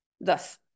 Thus